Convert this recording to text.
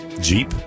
Jeep